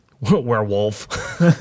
Werewolf